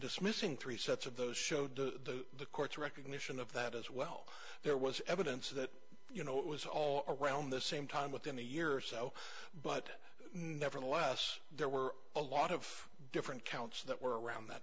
dismissing three sets of those showed to the court's recognition of that as well there was evidence that you know it was all around the same time within a year or so but nevertheless there were a lot of different counts that were around that